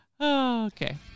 Okay